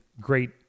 great